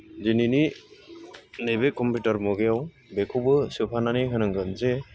दिनैनि नैबे कम्पिउटार मुगायाव बेखौबो सोफानानै होनांगोन जे